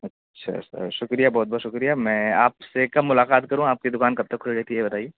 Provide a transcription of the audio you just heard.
اچھا سر شکریہ بہت بہت شکریہ میں آپ سے کب ملاقات کروں آپ کی دکان کب تک کھلی رہتی ہے یہ بتائیے